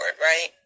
right